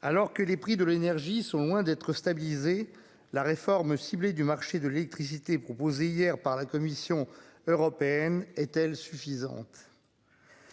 Alors que les prix de l'énergie sont loin d'être stabilisée. La réforme ciblée du marché de l'électricité proposée hier par la Commission européenne est-elle suffisante.